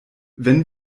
wenn